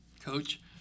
Coach